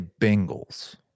Bengals